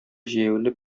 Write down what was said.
җәяүле